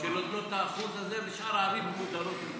שנותנות את האחוז הזה, ושאר הערים מודרות.